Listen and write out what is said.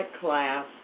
class